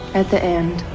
at the end,